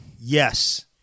Yes